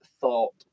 thought